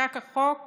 נחקק החוק